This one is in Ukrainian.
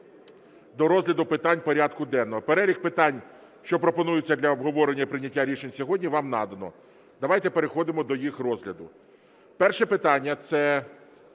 до розгляду питань порядку денного. Перелік питань, що пропонуються для обговорення і прийняття рішень сьогодні, вам надано. Давайте переходимо до їх розгляду. Перше питання – це